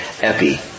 epi